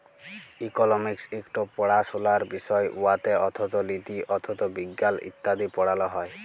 economics ইকট পাড়াশলার বিষয় উয়াতে অথ্থলিতি, অথ্থবিজ্ঞাল ইত্যাদি পড়াল হ্যয়